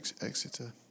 Exeter